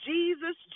Jesus